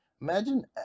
imagine